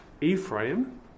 Ephraim